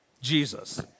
Jesus